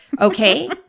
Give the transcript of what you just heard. Okay